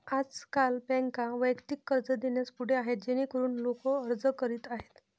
आजकाल बँका वैयक्तिक कर्ज देण्यास पुढे आहेत जेणेकरून लोक अर्ज करीत आहेत